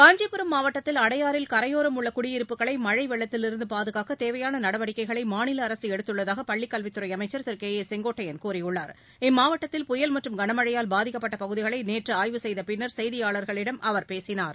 காஞ்சிபுரம் மாவட்டத்தில் கரையோம் அடையாறில் உள்ளகுடியிருப்புக்களைமழைவெள்ளத்திலிருந்துபாதுகாக்கதேவையானநடவடிக்கைகளைமாநிலஅரசுஎடுத்துள் ளதாகபள்ளிக் கல்வித்துறைஅமைச்சர் திருகே ஏ செங்கோட்டையன் கூறியுள்ளார் இம்மாவட்டத்தில் புயல் மற்றம் கனமழையால் பாதிக்கப்பட்டபகுதிகளைநேற்றுஆய்வு செய்தபின்னர் செய்தியாளர்களிடம் அவர் பேசினார்